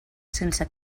sense